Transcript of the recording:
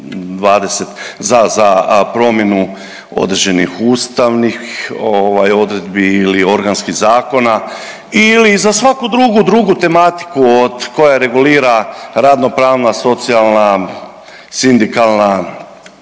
za promjenu određenih ustavnih odredbi ili organskih zakona ili za svaku drugu, drugu tematiku koja regulira radno pravna, socijalna, sindikalna